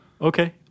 Okay